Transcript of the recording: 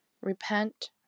Repent